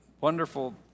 wonderful